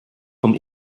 vom